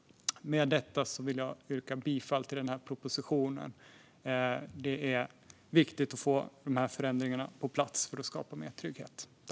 Med detta vill jag yrka bifall till propositionen. Det är viktigt att få dessa förändringar på plats för att skapa mer trygghet.